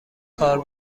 کار